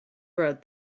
wrote